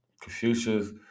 Confucius